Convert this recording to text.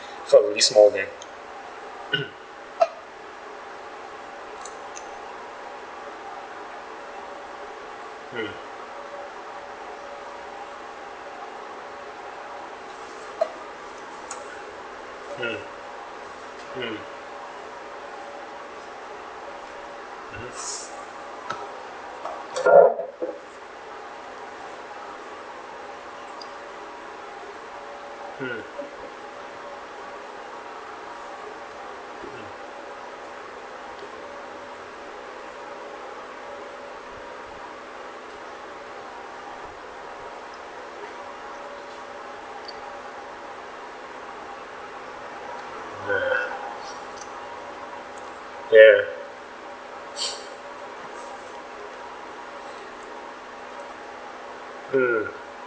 felt really small man mm mm mm mm ya there mm